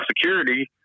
security